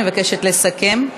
אני מבקשת לסכם.